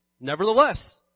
Nevertheless